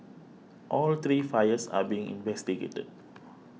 all three fires are being investigated